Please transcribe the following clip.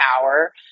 power